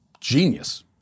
genius